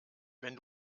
wenn